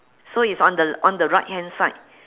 so is on the on the right hand side